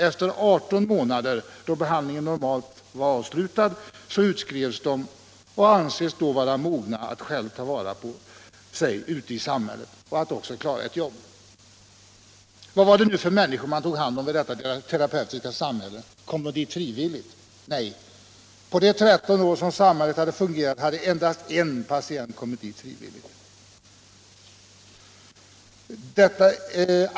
Efter 18 månader, då behandlingen normalt var avslutad, skrevs de ut och ansågs då vara mogna att själva ta vara på sig ute i Å klara ett jobb. Vad var det nu för människor man tog hand om i detta terapeutiska samhälle? Kom de dit frivilligt? Nej, på de 13 år som samhället har fungerat har endast en patient kommit dit frivilligt.